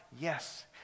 yes